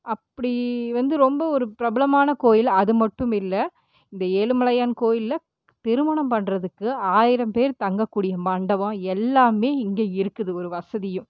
அப்படி வந்து ரொம்ப ஒரு பிரபலமான கோவில் அது மட்டும் இல்லை இந்த ஏழுமலையான் கோவில்ல திருமணம் பண்ணுறதுக்கு ஆயிரம் பேர் தங்கக்கூடிய மண்டபம் எல்லாமே இங்கே இருக்குது ஒரு வசதியும்